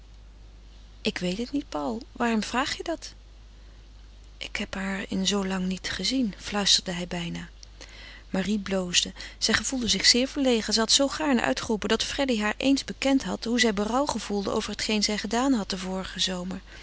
ik weet het niet paul waarom vraag je dat ik heb haar in zoo lang niet gezien fluisterde hij bijna marie bloosde zij gevoelde zich zeer verlegen zij had zoo gaarne uitgeroepen dat freddy haar eens bekend had hoe zij berouw gevoelde over hetgeen zij gedaan had dien vorigen zomer